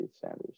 Sanders